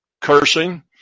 cursing